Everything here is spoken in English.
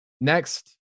Next